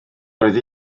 roedd